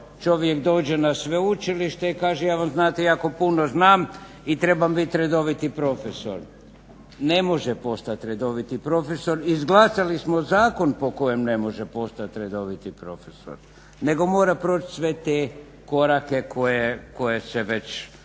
čovjek dođe na sveučilište i kaže znate ja vam jako puno znam i trebam biti redoviti profesor. Ne može postati redoviti profesor, izglasali smo zakon po kojem ne može postati redoviti profesor, nego mora proći sve te korake koje se već